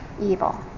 evil